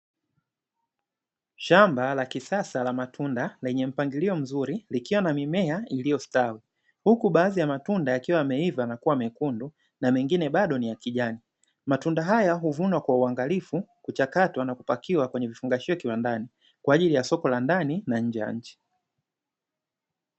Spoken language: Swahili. Shamba la kisasa la matunda lenye mpangilio mzuri likiwa na mimea iliyostawi, huku baadhi ya matunda yakiwa yameiva na kuwa mekundu na mengine bado ni ya kijani, matunda haya huvunwa kwa uangalifu kuchakatwa na kupakiwa kwenye vifungashio kiwandani kwa ajili ya soko la ndani na nje ya nchi.